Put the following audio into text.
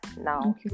now